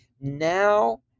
now